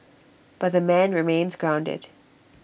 but the man remains grounded